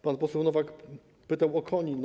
Pan poseł Nowak pytał o Konin.